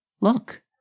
look